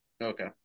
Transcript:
Okay